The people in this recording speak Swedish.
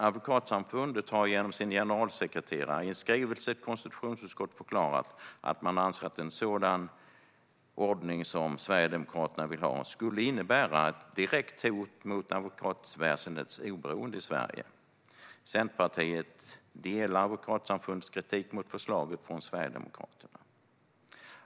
Advokatsamfundet har genom sin generalsekreterare i en skrivelse till konstitutionsutskottet förklarat att man anser att en sådan ordning som Sverigedemokraterna vill ha skulle innebära ett direkt hot mot advokatväsendets oberoende i Sverige. Centerpartiet delar Advokatsamfundets kritik mot förslaget från Sverigedemokraterna.